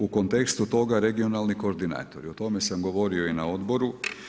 U kontekstu toga regionalni koordinatori, o tome sam govorio i na odboru.